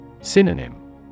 Synonym